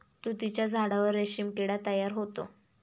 तुतीच्या झाडावर रेशीम किडा तयार होतो